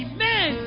Amen